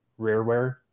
rareware